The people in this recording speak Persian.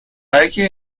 اگه